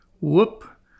Whoop